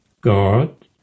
God